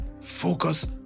focus